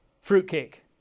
fruitcake